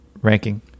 ranking